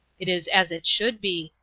it is as it should be,